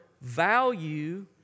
value